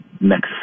next